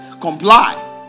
comply